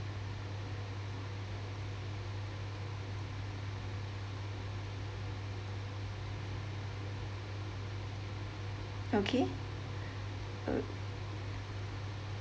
okay